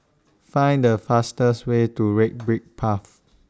Find The fastest Way to Red Brick Path